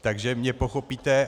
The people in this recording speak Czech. Takže mě pochopíte.